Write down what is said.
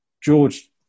George